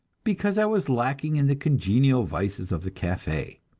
because i was lacking in the congenial vices of the cafe.